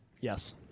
Yes